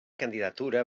candidatura